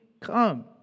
come